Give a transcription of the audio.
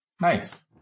Nice